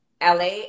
LA